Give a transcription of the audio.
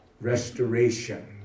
Restoration